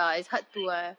like